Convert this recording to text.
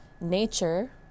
nature